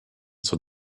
zur